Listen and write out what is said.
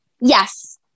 Yes